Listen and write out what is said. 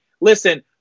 listen